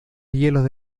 hielos